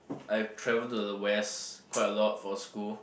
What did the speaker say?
I have travelled to the west quite a lot for school